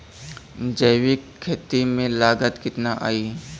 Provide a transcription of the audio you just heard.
जैविक खेती में लागत कितना आई?